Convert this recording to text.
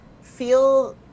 feel